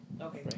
Okay